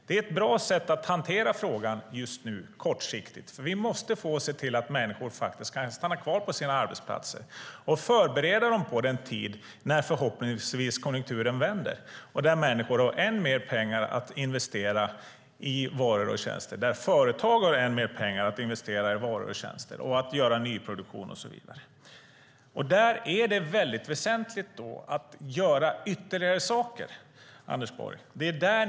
Det är ett bra sätt att hantera frågan kortsiktigt, för vi måste se till att människor kan stanna kvar på sina arbetsplatser och förbereda dem på den tid när konjunkturen förhoppningsvis vänder. Då har människor ännu mer pengar att investera i varor och tjänster och företag ännu mer pengar att investera i varor, tjänster och nyproduktion. Det är väsentligt att ni gör ytterligare saker, Anders Borg.